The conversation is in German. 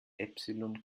epsilon